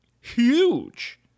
huge